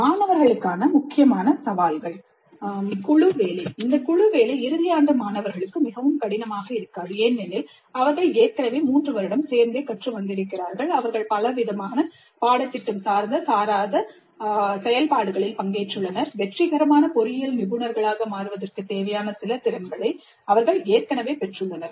மாணவர்களுக்கான முக்கிய சவால்கள் சில முக்கிய சவால்கள் குழு வேலை இந்த குழு வேலை இறுதி ஆண்டு மாணவர்களுக்கு மிகவும் கடினமாக இருக்காது ஏனெனில் அவர்கள் ஏற்கனவே 3 வருடம் சேர்ந்தே கற்று வந்திருக்கிறார்கள் அவர்கள் பலவிதமான இணை பாடத்திட்டம் சார்ந்த சாராத செயல்பாடுகளில் பங்கேற்றுள்ளனர் வெற்றிகரமான பொறியியல் நிபுணர்களாக மாறுவதற்குத் தேவையான சில திறன்களை அவர்கள் ஏற்கனவே பெற்றுள்ளனர்